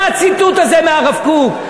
מה הציטוט הזה מהרב קוק?